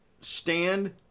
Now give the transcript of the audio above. stand